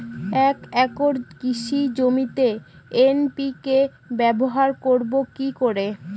এক একর কৃষি জমিতে এন.পি.কে ব্যবহার করব কি করে?